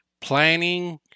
planning